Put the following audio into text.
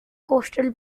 coastal